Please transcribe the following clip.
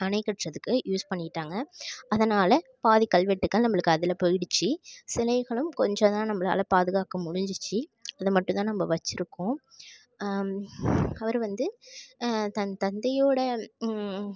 அணை கட்டுறதுக்கு யூஸ் பண்ணிகிட்டாங்க அதனால் பாதி கல்வெட்டுகள் நம்மளுக்கு அதில் போய்டுச்சு சிலைகளும் கொஞ்சம் தான் நம்பளால் பாதுகாக்க முடிஞ்சிச்சி இதை மட்டுந்தான் நம்ப வச்சுருக்கோம் அவர் வந்து தன் தந்தையோடய